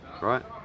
right